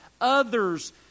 others